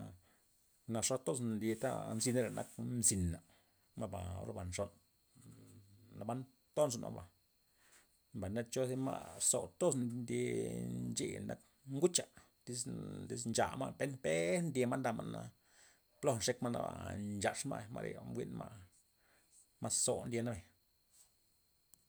Naxol toz ndyeta nzina reya nak mzina ma'ba orba nxon nnn- naban toz ma'ba, mbay na cho zi ma' zou toz ndye ncheya' nak ngucha', lis lis ncha ma' pen pen ndyema' ndama' na poja nxek ma' naba nchaxma' ma'reya mbuyn ma' mas zoun ndye bay.